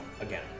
again